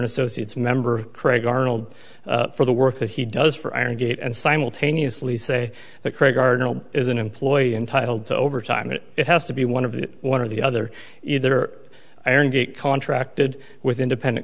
associates member craig arnold for the work that he does for iron gate and simultaneously say that craig arnold is an employee entitled to overtime and it has to be one of one or the other either iron gate contracted with independent